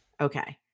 Okay